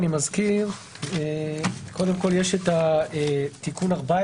אני מזכיר שקודם כל יש את תיקון 14